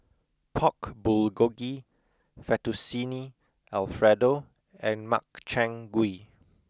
Pork Bulgogi Fettuccine Alfredo and Makchang Gui